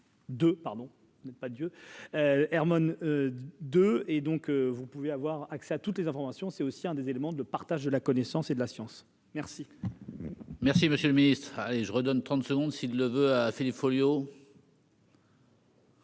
De pardon n'est pas Dieu Herman De et donc vous pouvez avoir accès à toutes les informations, c'est aussi un des éléments de partage de la connaissance et de la science, merci. Merci, monsieur le Ministre et je redonne 30 secondes s'il le veut à Philippe Folliot.